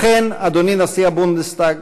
לכן, אדוני נשיא הבונדסטאג,